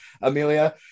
Amelia